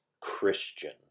Christian